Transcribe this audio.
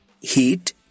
heat